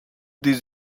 does